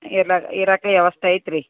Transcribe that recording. ಎಲ್ಲ ಇರಕಾ ವ್ಯವಸ್ಥೆ ಐತೆ ರೀ